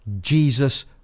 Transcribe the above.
Jesus